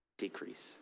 decrease